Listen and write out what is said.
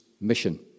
mission